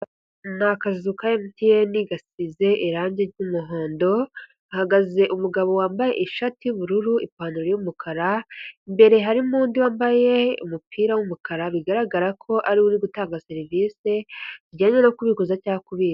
Ni akazu ka MTN gasize irangi ry'umuhondo. Hahagaze umugabo wambaye ishati y'ubururu, ipantaro y’umukara. Imbere harimo undi wambaye umupira w'umukara bigaragara ko ari we uri gutanga serivisi zijyanye no kubikuza cyangwa kubi...